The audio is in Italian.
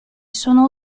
sono